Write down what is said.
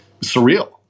surreal